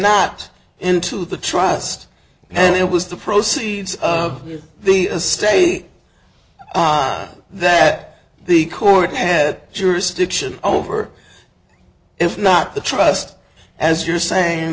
not into the trust and it was the proceeds of the state that the court had jurisdiction over if not the trust as you're saying